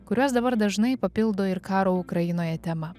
kuriuos dabar dažnai papildo ir karo ukrainoje tema